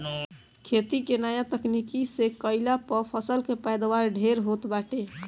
खेती के नया तकनीकी से कईला पअ फसल के पैदावार ढेर होत बाटे